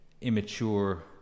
immature